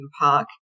Park